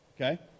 Okay